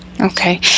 Okay